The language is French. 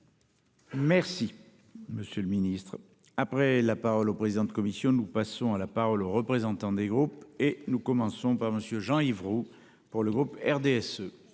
Merci, monsieur le Ministre. Après la parole au président de Commission nous passons à la parole aux représentants des groupes et nous commençons par monsieur Jean-Yves Roux pour le groupe RDSE.